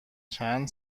چند